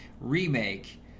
remake